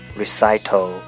recital